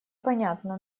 понятно